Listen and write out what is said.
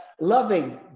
loving